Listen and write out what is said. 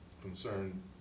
concern